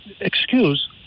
excuse